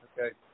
Okay